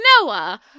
Noah